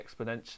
exponentially